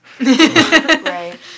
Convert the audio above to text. Right